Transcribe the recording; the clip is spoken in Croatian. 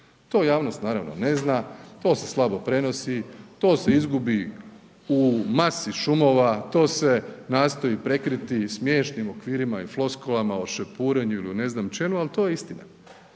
To javnost naravno ne zna, to se slabo prenosi, to se izgubi u masi šumova, to se nastoji prekriti smiješnim okvirima i floskulama o šepurenju ili o ne znam čemu, ali to je istina.